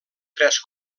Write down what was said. tres